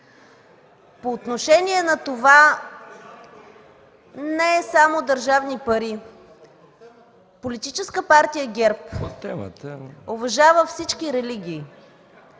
по отношение на това – не е само държавни пари. Политическа партия ГЕРБ уважава всички религии,